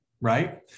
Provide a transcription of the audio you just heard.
right